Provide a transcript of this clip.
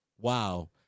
Wow